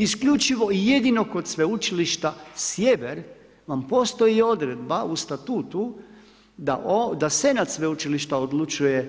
Isključivo i jedino kod sveučilišta Sjever vam postoji odredba u Statutu da Senat sveučilišta odlučuje